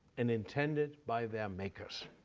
and intended by their makers,